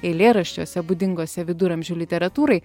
eilėraščiuose būdingose viduramžių literatūrai